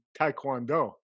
taekwondo